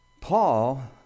Paul